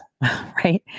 right